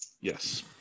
Yes